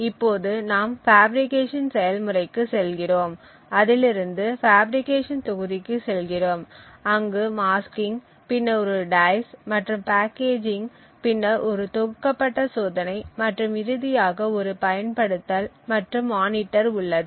இப்போது நாம் பாஃபிரிகேஷன் செயல் முறைக்கு செல்கிறோம் அதிலிருந்து பாஃபிரிகேஷன் தொகுதிக்கு செல்கிறோம் அங்கு மாஸ்கிங் பின்னர் ஒரு டைஸ் மற்றும் பேக்கேஜிங் பின்னர் ஒரு தொகுக்கப்பட்ட சோதனை மற்றும் இறுதியாக ஒரு பயன்படுத்தல் மற்றும் மானிட்டர் உள்ளது